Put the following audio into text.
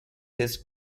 his